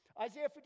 Isaiah